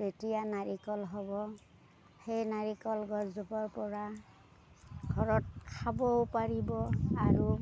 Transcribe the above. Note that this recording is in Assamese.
যেতিয়া নাৰিকল হ'ব সেই নাৰিকল গছজোপাৰ পৰা ঘৰত খাবও পাৰিব আৰু